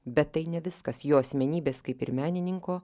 bet tai ne viskas jo asmenybės kaip ir menininko